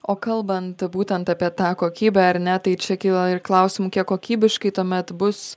o kalbant būtent apie tą kokybę ar ne tai čia kyla ir klausimų kiek kokybiškai tuomet bus